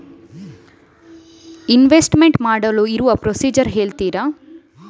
Investment ಮಾಡಲು ಇರುವ procedure ಹೇಳ್ತೀರಾ?